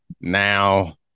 now